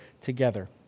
together